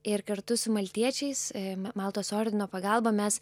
ir kartu su maltiečiais maltos ordino pagalba mes